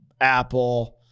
apple